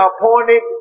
appointed